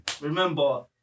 Remember